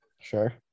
Sure